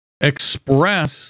express